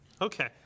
okay